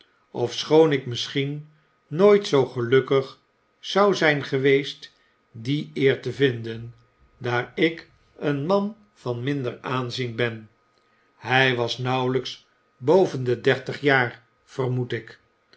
ofschoon ik misschien nooit zoo gelukkig zou zyn geweest die eer te vinden daar ik een man van minder aanzien ben hij was nauwelyks boven de dertig jaar vermoed ik